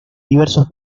diversos